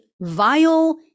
vile